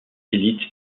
élites